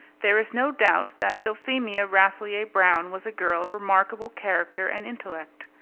there is no doubt that dulphemia rasselyer-brown was a girl of remarkable character and intellect.